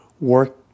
work